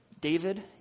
David